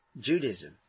Judaism